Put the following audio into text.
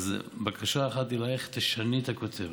אז בקשה אחת לי אלייך: תשני את הכותרת.